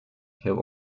have